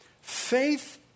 Faith